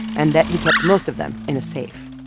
and that he kept most of them in a safe.